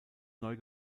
neu